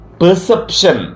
perception